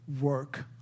work